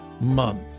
Month